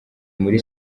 muri